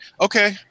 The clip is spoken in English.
okay